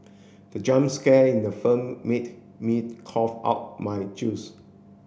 the jump scare in the firm made me cough out my juice